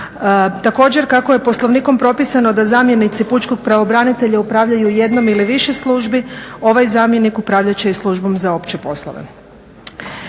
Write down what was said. Također kako je Poslovnikom propisano da zamjenici pučkog pravobranitelja upravljaju jednom ili više službi, ovaj zamjenik upravljat će Službom za opće poslove.